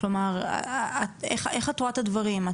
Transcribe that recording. כלומר, איך את רואה את הדברים?